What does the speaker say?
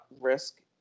risk